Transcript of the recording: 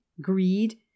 greed